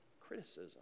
criticism